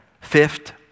Fifth